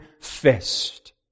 fist